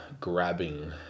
grabbing